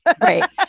Right